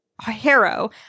Harrow